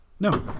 No